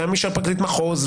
פרקליט מחוז,